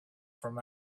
from